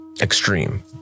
extreme